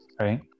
right